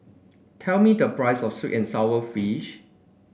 tell me the price of sweet and sour fish